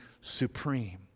supreme